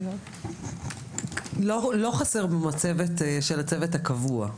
לא חסרים לנו אנשים בצוות הקבוע.